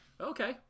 Okay